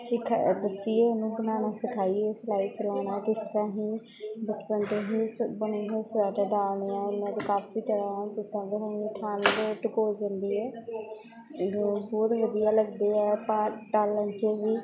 ਸਿੱਖ ਦੱਸੀਏ ਉਹਨੂੰ ਬਣਾਉਣਾ ਸਿਖਾਈਏ ਸਿਲਾਈ ਚਲਾਉਣਾ ਕਿਸ ਤਰ੍ਹਾਂ ਅਸੀਂ ਬਚਪਨ ਤੋਂ ਹੀ ਸ ਬੁਣੇ ਹੋਏ ਸਵੈਟਰ ਡਾਲਨੇ ਹਾਂ ਉਹਨਾਂ ਦੇ ਕਾਫੀ ਤਰ੍ਹਾਂ ਜਿੱਦਾਂ ਕਿ ਹੁਣ ਠੰਡ ਡਿਕੋਜ਼ ਹੁੰਦੀ ਹੈ ਜੋ ਬਹੁਤ ਵਧੀਆ ਲੱਗਦੇ ਹੈ ਪਾ ਡਾਲਨ 'ਚ ਵੀ